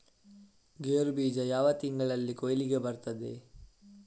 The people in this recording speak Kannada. ಗೇರು ಬೀಜ ಯಾವ ತಿಂಗಳಲ್ಲಿ ಕೊಯ್ಲಿಗೆ ಬರ್ತದೆ?